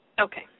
Okay